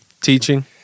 Teaching